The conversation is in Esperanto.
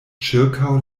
ĉirkaŭ